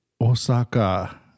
Osaka